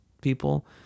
people